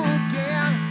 again